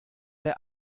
der